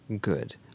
good